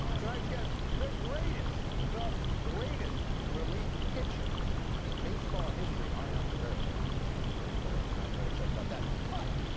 tonight's guest the greatest, the greatest relief pitcher in baseball history mariano rivera is going to be joining us on the program later on tonight. i'm very excited about that but